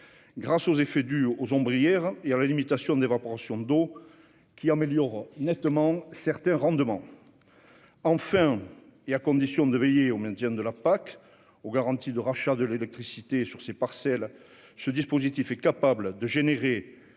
grâce aux effets des ombrières et à la limitation de l'évaporation d'eau, qui améliorent nettement certains rendements. Enfin, et à condition de veiller au maintien des aides de la PAC et aux garanties de rachat de l'électricité sur ces parcelles, ce dispositif est capable de générer